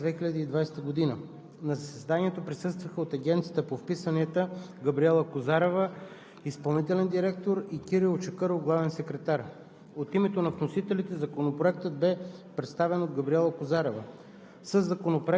№ 002-01-40, внесен от Министерския съвет на 28 август 2020 г. На заседанието присъстваха – от Агенцията по вписванията: Габриела Козарева – изпълнителен директор, и Кирил Чакъров – главен секретар.